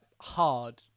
hard